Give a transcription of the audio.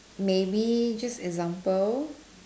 maybe just example